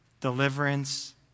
deliverance